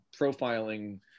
profiling